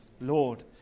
Lord